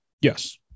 Yes